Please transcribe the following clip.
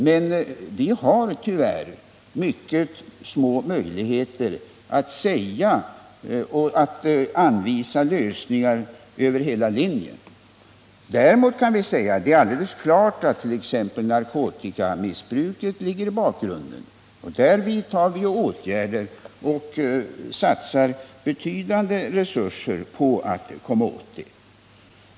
Men vi har tyvärr mycket små möjligheter att anvisa lösningar över hela linjen. Däremot kan vi säga att det är alldeles klart att narkotikamissbruket ligger i bakgrunden. Där har vi också satt in åtgärder, och vi satsar betydande resurser för att komma åt det.